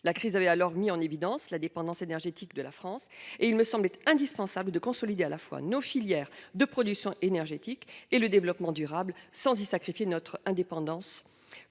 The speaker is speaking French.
la crise avait mis en évidence la dépendance énergétique de la France, il me semblait indispensable de consolider à la fois nos filières de production énergétique et le développement durable, sans y sacrifier notre indépendance.